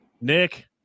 Nick